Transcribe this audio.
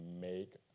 make